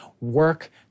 work